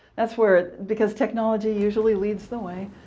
that's where, because technology usually leads the way.